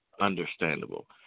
Understandable